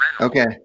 Okay